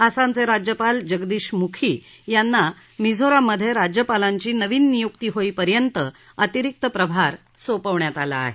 आसमचे राज्यपाल जगदीश मुखी यांना मिझोराममध्ये राज्यपालांची नवीन नियुक्ती होईपर्यंत अतिरिक्त प्रभार सोपवण्यात आला आहे